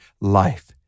life